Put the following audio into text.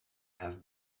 have